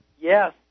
Yes